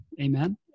amen